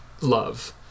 love